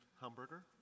hamburger